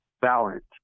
balance